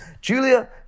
Julia